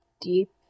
Deep